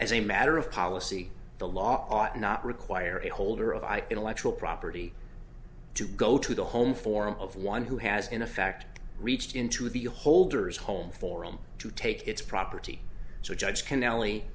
as a matter of policy the law ought not require a holder of i intellectual property to go to the home forum of one who has in effect reached into the holder's home for him to take its property so a judge can n